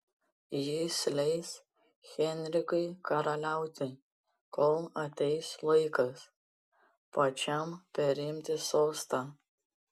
jis leis henrikui karaliauti kol ateis laikas pačiam perimti sostą